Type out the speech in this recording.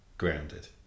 grounded